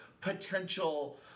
potential